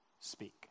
speak